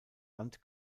land